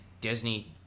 Disney